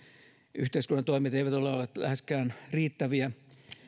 yhteiskunnan toimet eivät ole olleet läheskään riittäviä